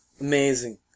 Amazing